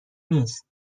نیست